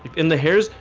in the hairs,